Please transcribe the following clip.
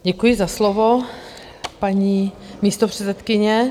Děkuji za slovo, paní místopředsedkyně.